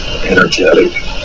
energetic